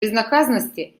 безнаказанности